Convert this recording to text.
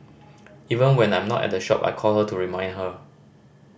even when I'm not at the shop I call her to remind her